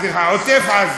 סליחה, עוטף-עזה.